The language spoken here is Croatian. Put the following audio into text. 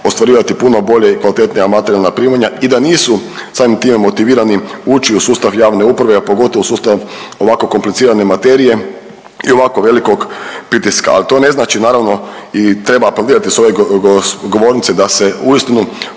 ostvarivati puno bolje i kvalitetnija materijalna primanja i da nisu samim time motivirani ući u sustav javne uprave, a pogotovo u sustav ovako komplicirane materije i ovako velikog pritiska, ali to ne znači naravno i treba apelirati s ove govornice da se uistinu